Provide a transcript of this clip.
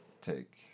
take